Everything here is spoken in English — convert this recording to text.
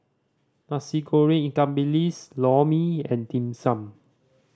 Nasi Goreng ikan bilis Lor Mee and Dim Sum